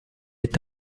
est